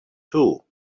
too